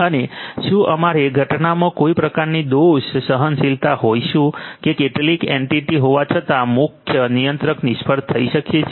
અને શું અમારે ઘટનામાં કોઈક પ્રકારની દોષ સહનશીલતા હોઈશું કે કેટલીક એન્ટિટી હોવા છતાં મુખ્ય નિયંત્રક નિષ્ફળ થઈ શકે છે